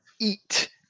eat